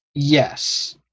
Yes